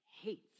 hates